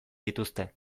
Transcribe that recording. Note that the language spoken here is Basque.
dituzte